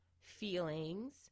feelings